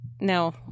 No